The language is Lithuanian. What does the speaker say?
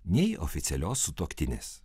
nei oficialios sutuoktinės